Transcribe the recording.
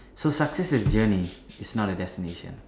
so success is journey is not a destination